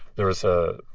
there was a